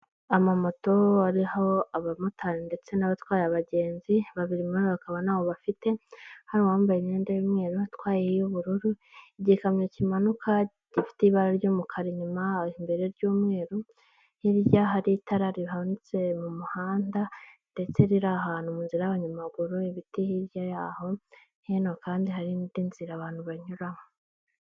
Amamoto ariho abamotari ndetse n'abatwaye abagenzi, babiri muri abo bakaba ntabo bafite, hari uwambaye imyenda y'umweru atwaye iy'ubururu, igikamyo kimanuka gifite ibara ry'umukara inyuma imbere ry'umweru, hirya hari itara rihanitse mu muhanda ndetse riri ahantu mu nzira y'abanyamaguru, ibiti hirya yaho hino kandi hari n'indi nzira abantu banyuramo.